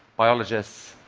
biologists,